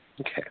okay